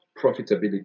profitability